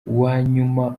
uwanyuma